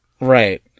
Right